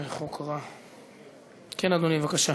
בבקשה.